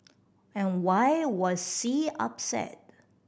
and why was C upset